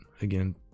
again